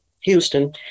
Houston